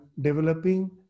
developing